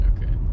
Okay